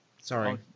Sorry